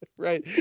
right